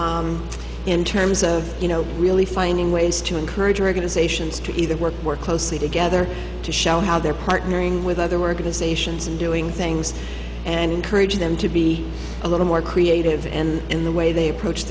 progress in terms of you know really finding ways to encourage organizations to either work work closely together to show how they're partnering with other workers ations and doing things and encourage them to be a little more creative and in the way they approach